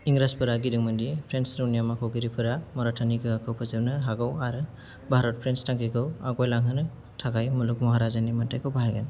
इंराजफोरा गिदोंमोन दि फ्रेन्स रौनिया मावख'गिरिफोरा मराठानि गोहोखौ फोजोबनो हागौ आरो भारत फ्रेन्स थांखिखौ आवगाय लांहोनो थाखाय मुगल महाराजानि मोन्थायखौ बाहायगोन